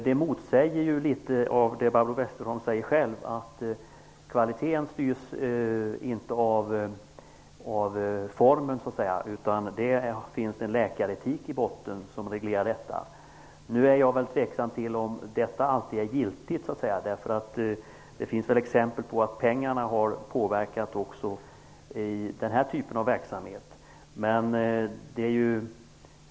Det motsäger litet av det Barbro Westerholm säger själv, att kvaliteten inte styrs av formen utan det finns en läkaretik i botten som reglerar. Jag är tveksam till om det alltid är giltigt. Det finns exempel på att pengarna har påverkat även i denna typ av verksamhet.